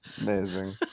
Amazing